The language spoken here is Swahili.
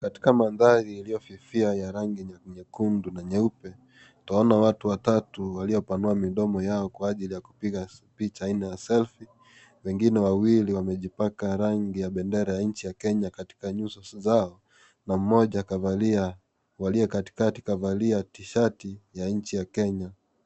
Katika mandahari iliyofifia ya rangi nyekundu na nyeupe utaona watu watatu waliopanua midomo yao kwa ajili ya kupiga picha aina ya selfie . Wengine wawili wamejipaka rangi ya bendera ya nchi ya Kenya katika nyuso zao na mmoja kavalia walio katikati kavalia tishati ya nchi ya Kenya.